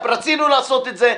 רצינו לעשות את זה.